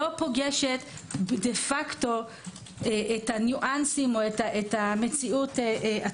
פוגשת דה פקטו את הניואנסים או את השטח.